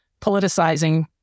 politicizing